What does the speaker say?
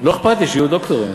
לא אכפת לי שיהיו דוקטורים.